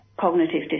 cognitive